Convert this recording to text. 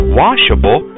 washable